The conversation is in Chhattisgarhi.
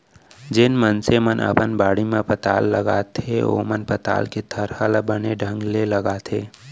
जेन मनसे मन अपन बाड़ी म पताल लगाथें ओमन पताल के थरहा ल बने ढंग ले लगाथें